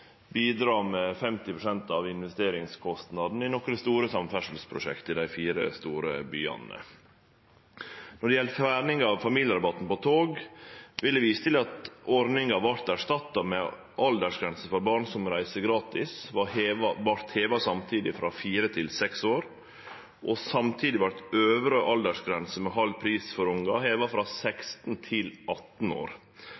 bidra med 50 pst. av investeringskostnaden i nokre store samferdselsprosjekt i dei fire store byane. Når det gjeld fjerninga av familierabatten på tog, vil eg vise til at ordninga vart erstatta med at aldersgrensa for barn som reiser gratis, samtidig vart heva frå fire år til seks år. Samtidig vart øvre aldersgrense med halv pris for ungar heva frå